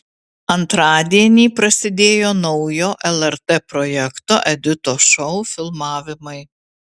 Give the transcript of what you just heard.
antradienį prasidėjo naujo lrt projekto editos šou filmavimai